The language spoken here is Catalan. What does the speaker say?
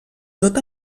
tot